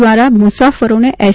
દ્વારા મુસાફરોને એસ